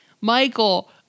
Michael